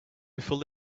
before